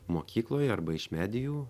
mokykloje arba iš medijų